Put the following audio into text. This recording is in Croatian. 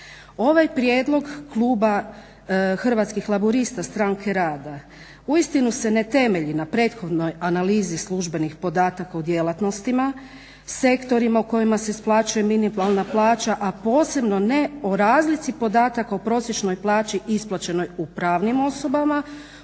Ovaj prijedlog kluba Hrvatskih laburista-Stranke rada uistinu se ne temelji na prethodnoj analizi službenih podataka o djelatnostima, sektorima u kojima se isplaćuje minimalna plaća, a posebno ne o razlici podataka o prosječnoj plaći isplaćenoj u pravnim osobama,